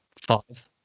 five